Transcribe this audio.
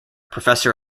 professor